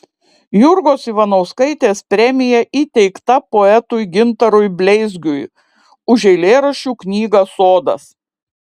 jurgos ivanauskaitės premija įteikta poetui gintarui bleizgiui už eilėraščių knygą sodas